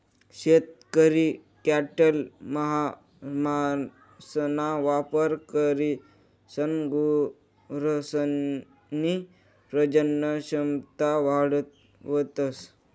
शेतकरी कॅटल हार्मोन्सना वापर करीसन गुरसनी प्रजनन क्षमता वाढावतस